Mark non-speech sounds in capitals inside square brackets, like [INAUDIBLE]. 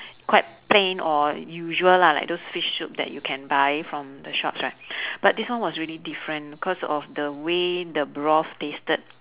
quite plain or usual lah like those fish soup that you can buy from the shops right [BREATH] but this one was really different cause of the way the broth tasted